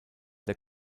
der